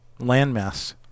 landmass